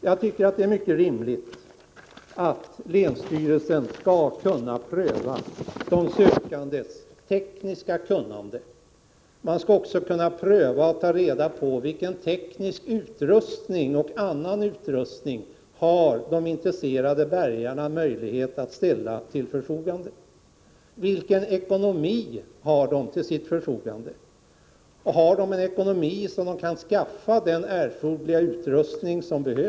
Jag tycker det är mycket rimligt att länsstyrelsen skall kunna pröva de sökandes tekniska kunnande. Man skall också kunna ta reda på vilken teknisk och annan utrustning som de intresserade bärgarna har möjlighet att ställa till förfogande. Likaså bör man kunna pröva om de har en sådan ekonomi att de kan skaffa den erforderliga utrustningen.